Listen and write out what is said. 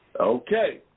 Okay